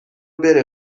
بره